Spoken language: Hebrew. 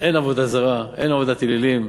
עבודה זרה, אין עבודת אלילים,